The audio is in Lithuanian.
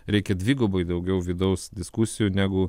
reikia dvigubai daugiau vidaus diskusijų negu